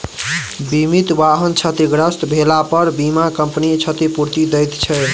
बीमित वाहन क्षतिग्रस्त भेलापर बीमा कम्पनी क्षतिपूर्ति दैत छै